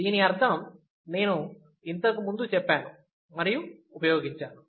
దీని అర్థం నేను ఇంతకు ముందు చెప్పాను మరియు ఉపయోగించాను